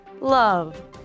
love